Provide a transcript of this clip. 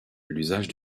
l’usage